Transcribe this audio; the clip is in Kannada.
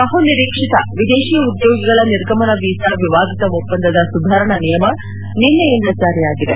ಬಹುನಿರೀಕ್ಷಿತ ವಿದೇಶಿ ಉದ್ಯೋಗಿಗಳ ನಿರ್ಗಮನ ವೀಸಾ ವಿವಾದಿತ ಒಪ್ಪಂದದ ಸುಧಾರಣಾ ನಿಯಮ ನಿನ್ನೆಯಿಂದ ಜಾರಿಯಾಗಿದೆ